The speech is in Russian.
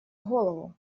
голову